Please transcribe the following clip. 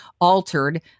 altered